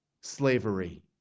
slavery